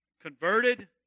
converted